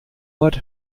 ort